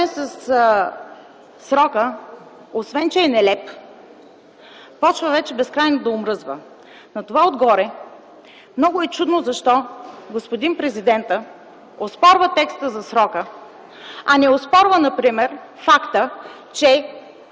със срока, освен че е нелеп, започва вече безкрайно да омръзва. На това отгоре много е чудно защо господин президентът оспорва текста за срока, а не оспорва например факта, че